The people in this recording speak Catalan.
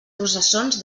processons